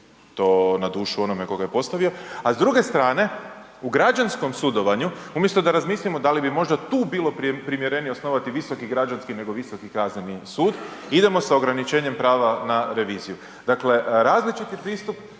to na dušu onome tko ga je postavio, a s druge strane u građanskom sudovanju umjesto da razmislimo da li bi možda tu bilo primjerenije osnovati Visoki građanski, nego Visoki kazneni sud, idemo sa ograničenjem prava na reviziju. Dakle, različiti pristup